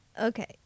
Okay